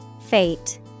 Fate